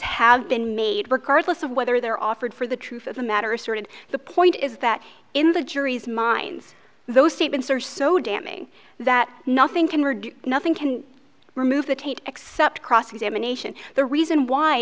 have been made regardless of whether they're offered for the truth of the matter asserted the point is that in the jury's minds those statements are so damning that nothing can nothing can remove the taint except cross examination the reason why